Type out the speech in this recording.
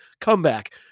comeback